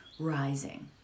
rising